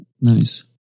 Nice